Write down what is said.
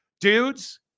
Dudes